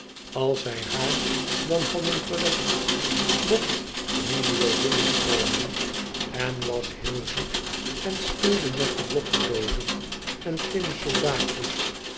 als zij haar dan hadden verlegd mocht milio binnenkomen en was heel zoet en speelde met de blokkedoozen en tinnen soldaatjes